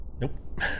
Nope